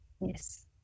Yes